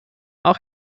auch